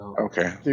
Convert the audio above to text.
Okay